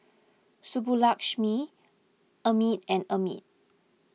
Subbulakshmi Amit and Amit